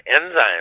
enzymes